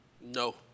No